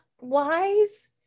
wise